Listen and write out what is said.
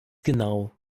genau